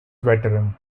veteran